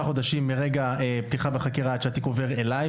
חודשים מרגע פתיחה בחקירה עד שהתיק עובר אליי,